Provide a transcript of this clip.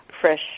fresh